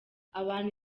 abanu